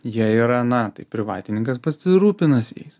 jie yra na tai privatininkas pasirūpinasi jais